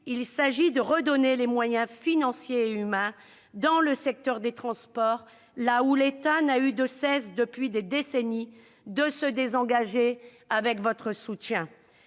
il s'agit de redonner des moyens financiers et humains au secteur des transports, dont l'État n'a eu de cesse, depuis des décennies, de se désengager, avec votre soutien.